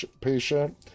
patient